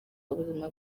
ubuzima